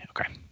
Okay